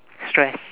stress